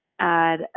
add